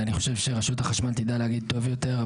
ואני חושב שרשות החשמל תדע להגיד טוב יותר,